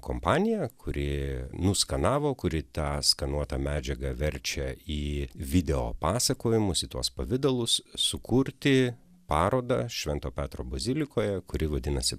kompanija kuri nuskanavo kuri tą skanuotą medžiagą verčia į video pasakojimus į tuos pavidalus sukurti parodą švento petro bazilikoje kuri vadinasi